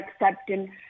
accepting